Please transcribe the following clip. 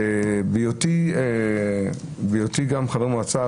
בהיותי חבר מועצה,